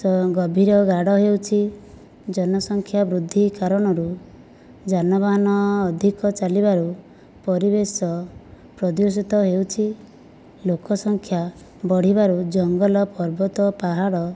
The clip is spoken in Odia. ଗଭୀର ଗାଡ଼ ହେଉଛି ଜନସଂଖ୍ୟା ବୃଦ୍ଧି କାରଣରୁ ଯାନବାହାନ ଅଧିକ ଚାଲିବାରୁ ପରିବେଶ ପ୍ରଦୂଷିତ ହେଉଛି ଲୋକ ସଂଖ୍ୟା ବଢ଼ିବାରୁ ଜଙ୍ଗଲ ପର୍ବତ ପାହାଡ଼